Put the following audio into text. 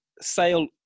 Sale